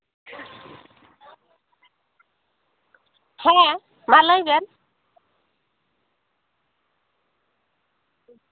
ᱦᱮᱸ ᱢᱟ ᱞᱟᱹᱭ ᱵᱮᱱ